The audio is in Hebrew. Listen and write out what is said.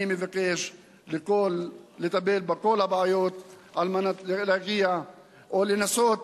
אני מבקש לטפל בכל הבעיות על מנת להגיע או לנסות